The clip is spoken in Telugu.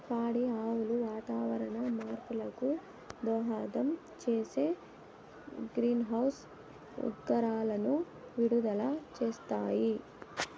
పాడి ఆవులు వాతావరణ మార్పులకు దోహదం చేసే గ్రీన్హౌస్ ఉద్గారాలను విడుదల చేస్తాయి